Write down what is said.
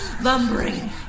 lumbering